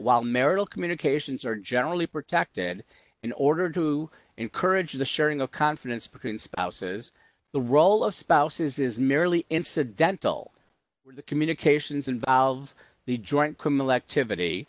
while marital communications are generally protected in order to encourage the sharing of confidence between spouses the role of spouses is merely incidental the communications involve the joint committee activity